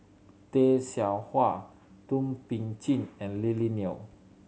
Tay Seow Huah Thum Ping Tjin and Lily Neo